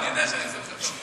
אני יודע שאני עושה לך טוב.